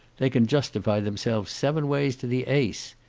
they can justify themselves seven ways to the ace.